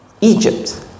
Egypt